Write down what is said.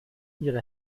ihre